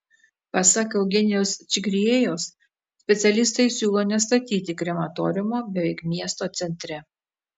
pasak eugenijaus čigriejaus specialistai siūlo nestatyti krematoriumo beveik miesto centre